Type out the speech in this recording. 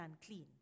unclean